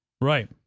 Right